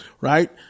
right